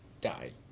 died